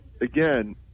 again